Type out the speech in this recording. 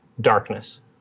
darkness